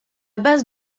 base